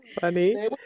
Funny